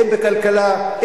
אם בכלכלה,